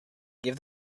give